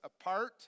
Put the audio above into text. apart